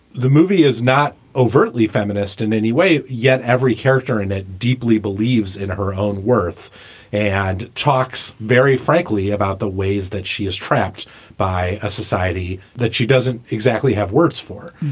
the movie is not overtly feminist in any way. yet every character in it deeply believes in her own worth and talks very frankly about the ways that she is trapped by a society that she doesn't exactly have works for.